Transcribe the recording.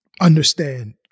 understand